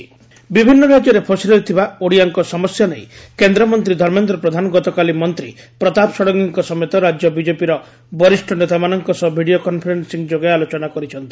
ଧର୍ମେନ୍ଦ୍ର ପ୍ରଧାନ ବିଭିନ୍ ରାଜ୍ୟରେ ଫସି ରହିଥିବା ଓଡ଼ିଆଙ୍କ ସମସ୍ୟା ନେଇ କେନ୍ଦମନ୍ତୀ ଧର୍ମେନ୍ଦ ପ୍ରଧାନ ଗତକାଲି ମନ୍ଦୀ ପ୍ରତାପ ଷଡ଼ଙଙୀଙ୍କ ସମେତ ରାଜ୍ୟ ବିଜେପିର ବରିଷ୍ ନେତାମାନଙ୍କ ସହ ଭିଡ଼ିଓ କନ୍ଫରେନ୍ପିଂ ଯୋଗେ ଆଲୋଚନା କରିଛନ୍ତି